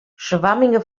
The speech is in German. schwammige